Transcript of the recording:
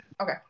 Okay